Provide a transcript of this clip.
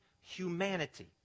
humanity